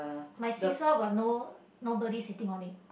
my seasaw got no nobody sitting on it